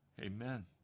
Amen